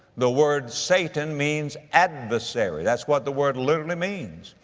the word satan means adversary. that's what the word literally means.